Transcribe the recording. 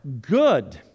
good